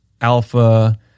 alpha